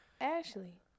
Ashley